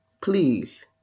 please